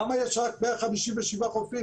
למה יש רק 157 חופים?